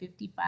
55